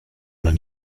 man